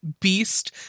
beast